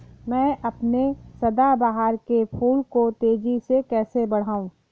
मैं अपने सदाबहार के फूल को तेजी से कैसे बढाऊं?